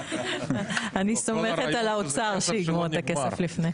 אני סומכת על האוצר שיגמור את הכסף לפני.